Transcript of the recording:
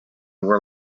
were